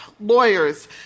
lawyers